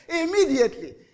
Immediately